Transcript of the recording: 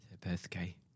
birthday